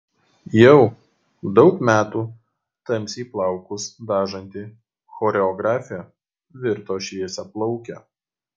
jau daug metų tamsiai plaukus dažanti choreografė virto šviesiaplauke